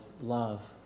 love